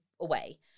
away